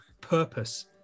purpose